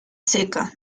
checa